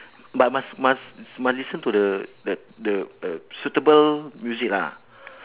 but must must must listen to the the the the suitable music lah